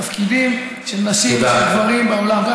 תפקידים של נשים ושל גברים בעולם.